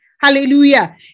Hallelujah